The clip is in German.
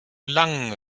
lange